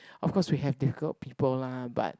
of course we have difficult people lah but